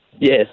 Yes